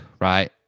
right